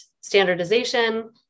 standardization